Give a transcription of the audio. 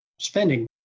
spending